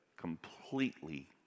completely